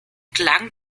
klang